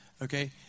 Okay